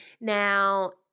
Now